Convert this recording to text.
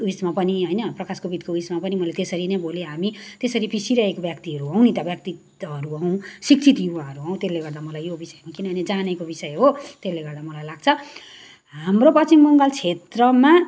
उइसमा पनि होइन प्रकाश कोविदको उइसमा पनि मैले त्यसरी नै बोले हामी त्यसरी पिसिइरहेको व्यक्तिहरू हौँ नि त व्यक्तित्व हौँ शिक्षित युवाहरू हौँ त्यसले गर्दा मलाई यो विषय किनभने जानेको विषय हो त्यसले गर्दा मलाई लाग्छ हाम्रो पश्चिम बङ्गाल क्षेत्रमा